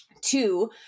two